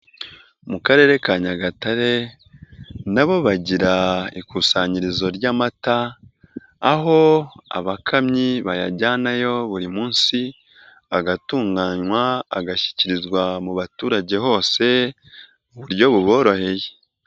Mu Karere ka Nyagatare na bo bagira ikusanyirizo ry'amata aho abakamyi bayajyanayo buri munsi agatunganywa agashyikirizwa mu baturage hose ku buryo buboroheye.